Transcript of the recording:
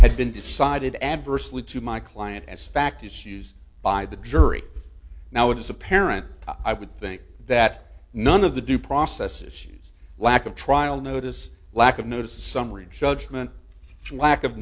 had been decided adversely to my client as fact issues by the jury now it is apparent i would think that none of the due process issues lack of trial notice lack of notice a summary judgment lack of